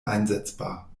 einsetzbar